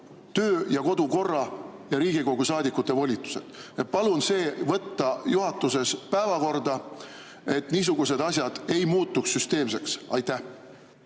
ja töökorra ja Riigikogu saadikute volitused. Palun see võtta juhatuses päevakorda, et niisugused asjad ei muutuks süsteemseks. Aitäh!